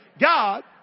God